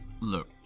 Look